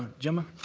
gemma.